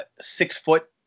six-foot